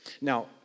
Now